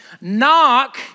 Knock